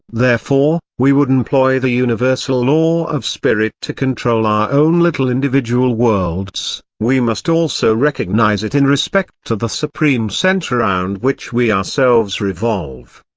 therefore, we would employ the universal law of spirit to control our own little individual worlds, we must also recognise it in respect to the supreme centre round which we ourselves revolve.